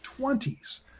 20s